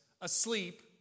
asleep